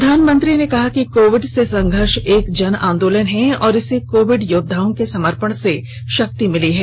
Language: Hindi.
प्रधानमंत्री ने कहा कि कोविड से संघर्ष एक जन आंदोलन है और इसे कोविड योद्वाओं के समर्पण से शक्ति मिली है